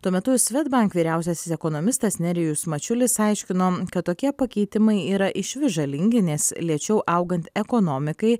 tuo metu svedbank vyriausiasis ekonomistas nerijus mačiulis aiškino kad tokie pakeitimai yra išvis žalingi nes lėčiau augant ekonomikai